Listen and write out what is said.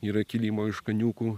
yra kilimo iš kaniūkų